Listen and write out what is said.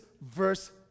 verse